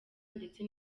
ndetse